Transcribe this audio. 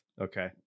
Okay